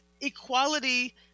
equality